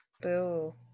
boo